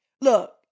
Look